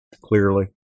clearly